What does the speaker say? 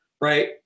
right